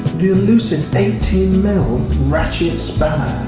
the illusive eighteen mm ratchet spanner.